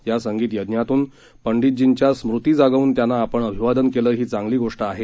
या संगीत यज्ञातून पंडीतजींच्या स्मृती जागवून त्यांना आपण अभिवादन केलं ही चांगली गोष्ट आहे